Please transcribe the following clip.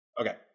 Okay